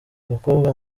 abakobwa